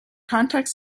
context